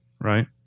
Right